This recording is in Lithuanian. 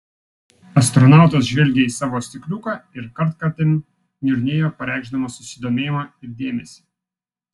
astronautas žvelgė į savo stikliuką ir kartkartėm niurnėjo pareikšdamas susidomėjimą ir dėmesį